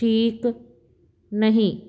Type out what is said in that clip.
ਠੀਕ ਨਹੀਂ